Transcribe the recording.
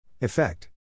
Effect